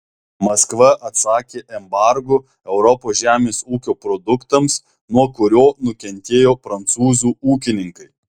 maskva atsakė embargu europos žemės ūkio produktams nuo kurio nukentėjo prancūzų ūkininkai